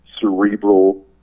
cerebral